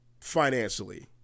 financially